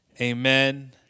Amen